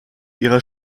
ihrer